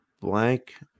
Blank